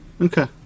Okay